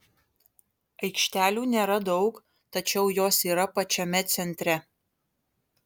aikštelių nėra daug tačiau jos yra pačiame centre